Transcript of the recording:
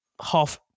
half